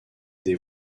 des